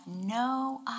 no